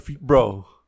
Bro